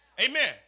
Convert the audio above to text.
Amen